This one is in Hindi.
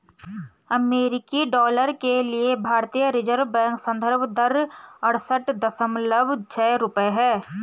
अमेरिकी डॉलर के लिए भारतीय रिज़र्व बैंक संदर्भ दर अड़सठ दशमलव छह रुपये है